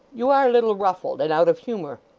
you are a little ruffled and out of humour.